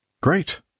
great